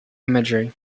imagery